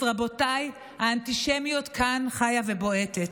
אז רבותיי, האנטישמיות כאן, חיה ובועטת,